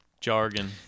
jargon